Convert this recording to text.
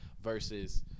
versus